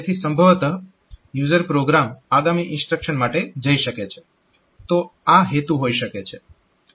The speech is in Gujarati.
તેથી સંભવતઃ યુઝર પ્રોગ્રામ આગામી ઇન્સ્ટ્રક્શન માટે જઈ શકે છે તો આ હેતુ હોઈ શકે છે